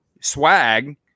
swag